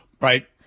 Right